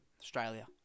Australia